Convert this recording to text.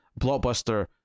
Blockbuster